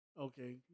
Okay